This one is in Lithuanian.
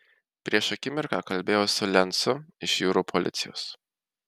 prieš akimirką kalbėjau su lencu iš jūrų policijos